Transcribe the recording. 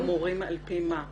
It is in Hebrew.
אמורים על פי מה.